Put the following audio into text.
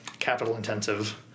capital-intensive